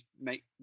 make